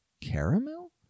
Caramel